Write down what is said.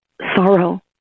sorrow